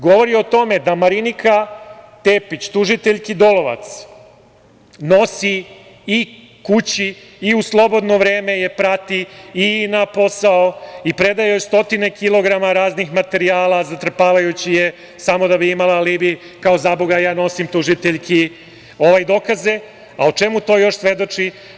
Govori o tome da Marinika Tepić tužiteljki Dolovac nosi i kući i u slobodno vreme je prati i na posao i predaje joj stotine kilograma raznih materijala, zatrpavajući je, samo da bi imala alibi, kao, zaboga, ja nosim tužiteljki dokaze, a o čemu to još svedoči?